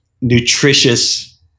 nutritious